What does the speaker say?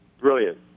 Brilliant